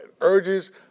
urges